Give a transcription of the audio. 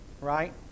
right